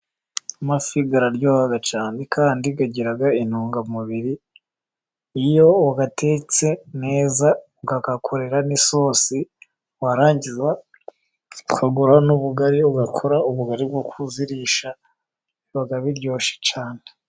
Amafi araryoha cyane kandi agira intungamubiri, iyo wayatetse neza ukayakorera n'isosi warangiza ukagura n'ubugari ugakora ubugari bwo kuzirisha, biba biryoshye cyane.